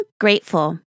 grateful